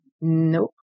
Nope